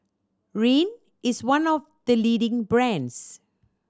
Rene is one of the leading brands